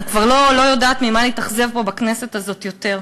אני כבר לא יודעת ממה להתאכזב פה בכנסת הזאת יותר.